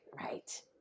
right